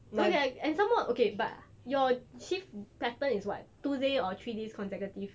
don't you like and some more okay but your shift pattern is what two day or three day consecutive